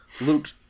Luke